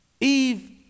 Eve